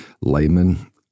layman